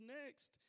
next